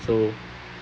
so